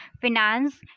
finance